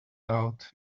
out